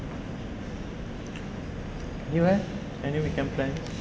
you eh any weekend plans